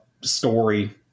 story